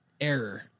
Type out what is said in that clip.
error